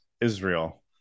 Israel